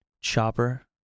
chopper